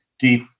deep